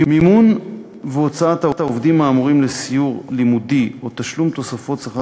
מימון והוצאה של העובדים האמורים לסיור לימודי או תשלום תוספות שכר